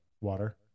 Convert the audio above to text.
Water